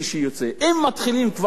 אם מתחילים כבר להגביל,